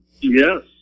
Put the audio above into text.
Yes